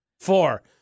Four